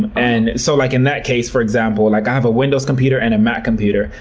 and and so like in that case, for example, and like i have a windows computer and a mac computer.